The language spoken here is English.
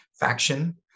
faction